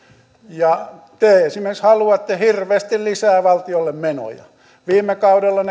ja te esimerkiksi haluatte hirveästi lisää valtiolle menoja viime kaudella